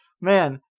Man